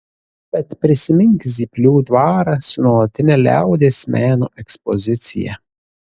bet prisimink zyplių dvarą su nuolatine liaudies meno ekspozicija